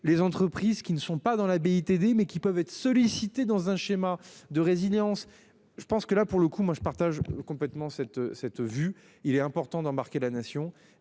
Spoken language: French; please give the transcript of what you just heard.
les entreprises qui ne sont pas dans la BITD mais qui peuvent être sollicités dans un schéma de résilience. Je pense que là pour le coup, moi je partage complètement cette cette vue, il est important d'embarquer la nation